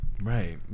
right